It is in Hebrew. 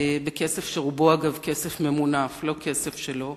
בכסף שרובו, אגב, כסף ממונף, לא כסף שלו,